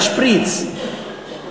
בשפריץ,